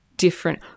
Different